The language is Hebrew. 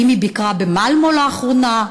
האם היא ביקרה במאלמו לאחרונה?